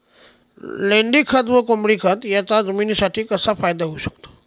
लेंडीखत व कोंबडीखत याचा जमिनीसाठी कसा फायदा होऊ शकतो?